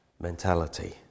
mentality